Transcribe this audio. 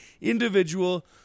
individual